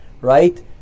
right